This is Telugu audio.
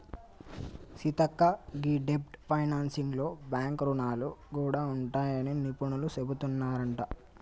సీతక్క గీ డెబ్ట్ ఫైనాన్సింగ్ లో బాంక్ రుణాలు గూడా ఉంటాయని నిపుణులు సెబుతున్నారంట